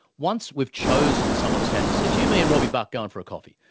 once we've chosen someone to stand, it's it's you, me and robbie buck going for a coffee.